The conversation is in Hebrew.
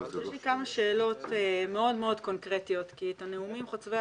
יש לי כמה שאלות מאוד מאוד קונקרטיות כי את הנאומים חוצבי